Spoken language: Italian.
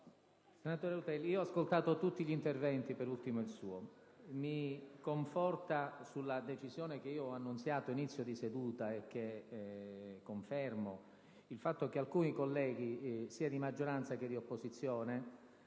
Senatore Rutelli, ho ascoltato tutti gli interventi e per ultimo il suo. Mi conforta sulla decisione che ho annunziato a inizio di seduta - e che confermo - il fatto che alcuni colleghi, sia di maggioranza che di opposizione,